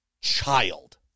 child